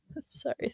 Sorry